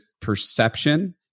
perception